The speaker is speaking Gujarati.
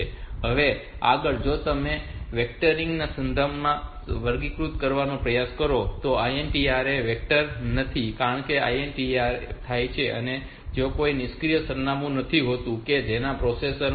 હવે આગળ જો તમે વેક્ટરિંગ ના સંદર્ભમાં વર્ગીકૃત કરવાનો પ્રયાસ કરો તો INTR એ વેક્ટર નથી કારણ કે જ્યારે INTR થાય છે ત્યારે ત્યાં કોઈ નિશ્ચિત સરનામું નથી હોતું કે જેના પર પ્રોસેસર 5